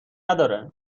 نداره